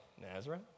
Nazareth